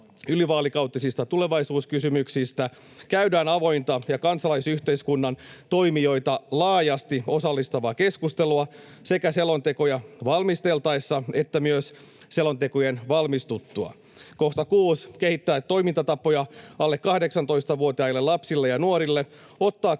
ylivaalikautisista tulevaisuuskysymyksistä käydään avointa ja kansalaisyhteiskunnan toimijoita laajasti osallistavaa keskustelua sekä selontekoja valmisteltaessa että myös selontekojen valmistuttua. 6) kehittää toimintatapoja alle 18-vuotiaille lapsille ja nuorille ottaa